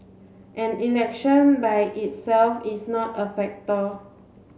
and election by itself is not a factor